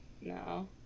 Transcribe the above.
No